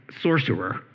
sorcerer